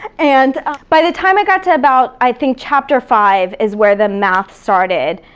and by the time i got to about, i think chapter five is where the math started,